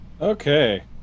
Okay